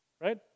Right